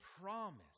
promise